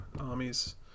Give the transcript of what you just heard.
armies